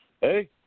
hey